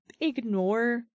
ignore